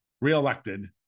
reelected